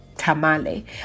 tamale